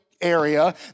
area